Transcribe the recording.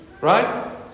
Right